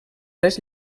les